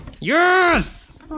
Yes